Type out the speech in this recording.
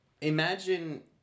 imagine